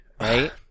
right